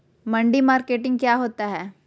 मंडी मार्केटिंग क्या होता है?